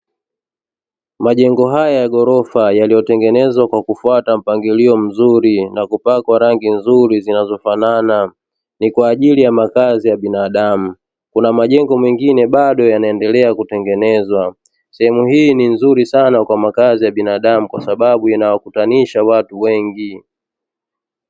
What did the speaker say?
Majengo haya ya ghorofa yaliyotengenezwa kwa kufata mpangilio mzuri na kupakwa rangi nzuri zinazofanana ni kwaajili ya makazi ya binadamu. Kuna majengo mengine bado yanaendelea kutengenezwa. Sehemu hii ni nzuri sana kwa makazi ya binadamu kwa sababu inawakutanisha watu wengi.